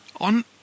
on